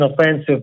offensive